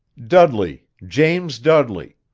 dudley james dudley.